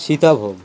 Sitabhog